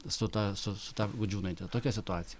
su ta su su ta gudžiūnaite tokia situacija